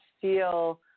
feel